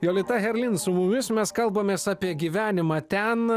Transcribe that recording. jolita helin su mumis mes kalbamės apie gyvenimą ten